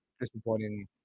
disappointing